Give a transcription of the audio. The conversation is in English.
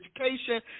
education